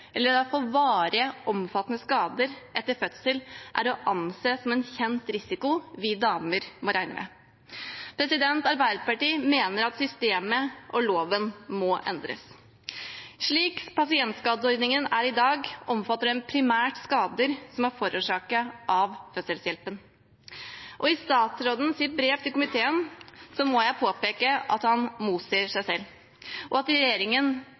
eller å få varige, omfattende skader etter fødsel er å anse som en kjent risiko vi damer må regne med. Arbeiderpartiet mener at systemet og loven må endres. Slik pasientskadeordningen er i dag, omfatter den primært skader som er forårsaket av fødselshjelpen. Jeg må påpeke at statsråden i sitt brev til komiteen